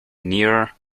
nearer